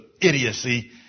idiocy